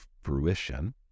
fruition